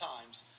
Times